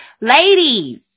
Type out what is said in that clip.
ladies